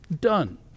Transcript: Done